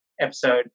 episode